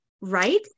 right